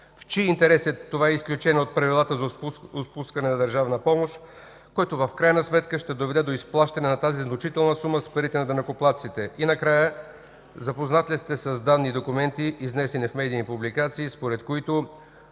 В чий интерес е това изключение от Правилата за отпускане на държавна помощ, което в крайна сметка ще доведе до изплащане на тази значителна сума с парите на данъкоплатците? И накрая, запознат ли сте с данни и документи, изнесени в медии и публикации, според които